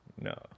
No